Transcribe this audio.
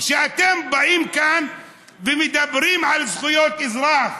כשאתם באים ומדברים כאן על זכויות אזרח,